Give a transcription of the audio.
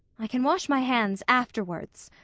i can wash my hands afterwards.